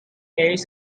carries